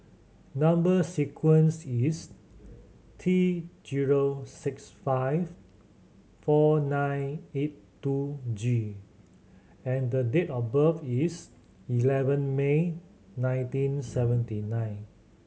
number sequence is T zero six five four nine eight two G and date of birth is eleven May nineteen seventy nine